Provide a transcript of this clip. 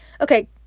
okay